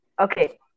Okay